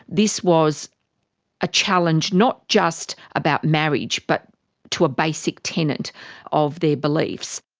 this was a challenge not just about marriage but to a basic tenant of their beliefs.